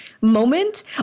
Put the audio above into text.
moment